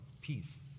peace